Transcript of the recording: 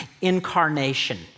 incarnation